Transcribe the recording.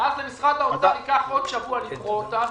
ואז למשרד האוצר ייקח עוד שבוע לקרוא אותה,